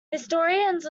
historians